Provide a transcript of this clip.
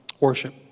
worship